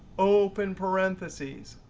open parentheses.